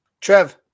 Trev